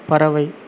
பறவை